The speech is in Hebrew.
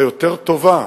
היותר טובה,